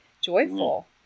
joyful